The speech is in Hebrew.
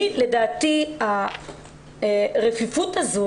לדעתי הרפיפות הזו